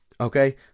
okay